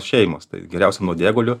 šeimos tai geriausia nuodėguliu